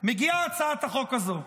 מגיעה הצעת החוק הזו.